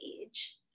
age